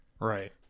Right